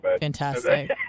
Fantastic